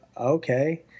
Okay